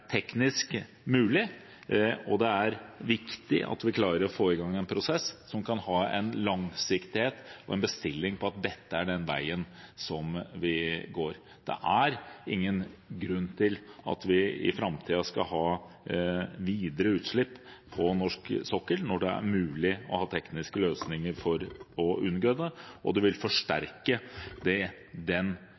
teknisk mulig, og det er viktig at vi klarer å få i gang en prosess som kan ha en langsiktighet og en bestilling på at dette er den veien vi bør gå. Det er ingen grunn til at vi i framtiden skal ha videre utslipp på norsk sokkel når det er mulig å ha tekniske løsninger for å unngå det. Det vil forsterke den